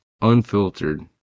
unfiltered